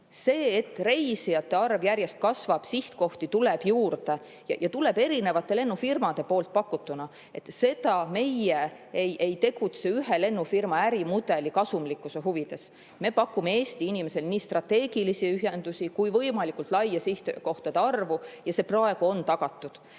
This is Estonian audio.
Reisijate arv järjest kasvab, sihtkohti tuleb juurde ja neid tuleb juurde erinevate lennufirmadepakutuna. Meie ei tegutse ühe lennufirma ärimudeli kasumlikkuse huvides. Me pakume Eesti inimestele nii strateegilisi ühendusi kui võimalikult laia sihtkohtade arvu ja see kõik on praegu tagatud.